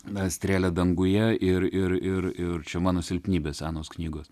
na strėlę danguje ir ir ir ir čia mano silpnybė senos knygos